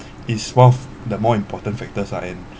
is one of the more important factors ah and